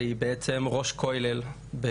שהיא בעצם ראש כולל.